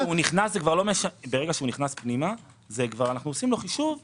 ברגע שהוא נכנס פנימה אנחנו כבר עושים לו חישוב רגיל,